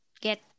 get